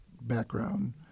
background